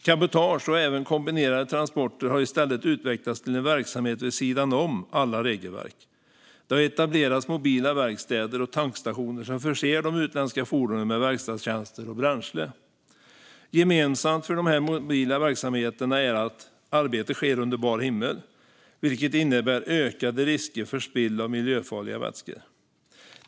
Cabotage och även kombinerade transporter har i stället utvecklats till en verksamhet vid sidan om alla regelverk. Det har etablerats mobila verkstäder och tankstationer som förser de utländska fordonen med verkstadstjänster och bränsle. Gemensamt för de mobila verksamheterna är att arbetet sker under bar himmel, vilket innebär ökade risker för spill av miljöfarliga vätskor.